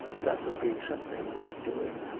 that would be something worth doing,